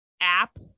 app